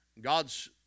God's